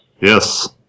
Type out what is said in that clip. Yes